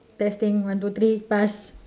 testing one two three pass